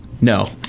No